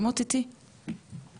אל תעשו לי ככה עם הגבה,